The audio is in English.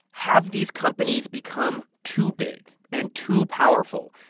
have these companies become too big and too powerful?